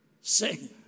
sing